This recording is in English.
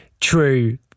true